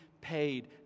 paid